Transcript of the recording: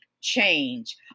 change